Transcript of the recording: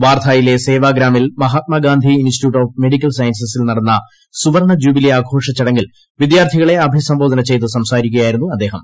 വാർധായിലെ സേവാഗ്രാമിൽ Mahatma Gandhi institute of medical സയൻസസിൽ നടന്ന സുവർണ് ജൂബിലി ആഘോഷചടങ്ങിൽ വിദ്യാർത്ഥികളെ അഭിസംബോധന ചെയ്ത് സംസാരിക്കുകയായിരുന്നു അദ്ദേഹം